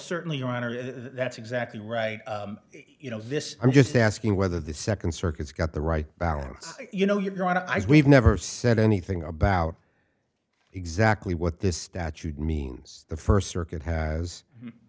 certainly honor that's exactly right you know this i'm just asking whether the second circuit's got the right balance you know your own eyes we've never said anything about exactly what this statute means the first circuit has